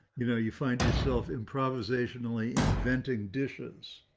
you know, you find yourself improvisationally inventing dishes